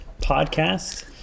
podcast